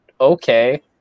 okay